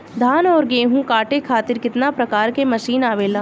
धान और गेहूँ कांटे खातीर कितना प्रकार के मशीन आवेला?